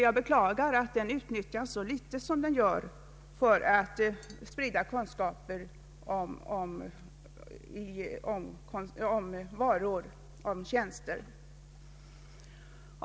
Jag beklagar att den utnyttjats så litet som hittills skett för att sprida kunskaper om varor och tjänster.